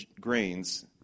grains